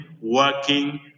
working